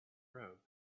robe